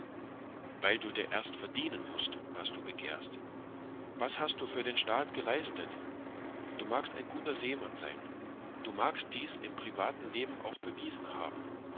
weil du dir erst verdienen mußt was du begehrst was hast du für den staat geleistet du magst ein guter seemann sein du magst dies im privaten leben auch bewiesen haben